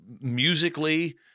musically